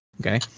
okay